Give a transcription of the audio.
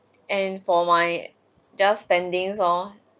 and for my just spending hor